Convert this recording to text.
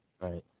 Right